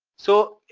so,